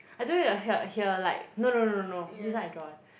I don't know if you heard hear like no no no no no this one I draw one